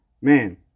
Man